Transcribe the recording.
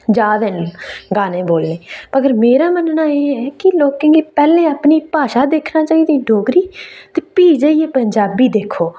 जारदे ना गाने बोलने मगर मेरे मन्नना एह् है कि लोकें गी पहले अपनी भाशा दिक्खना चाहिदी डोगरी फ्ही जाइयै पंजाबी दिक्खो